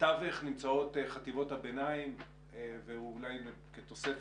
בתווך נמצאות חטיבות הביניים ואולי כתוספת,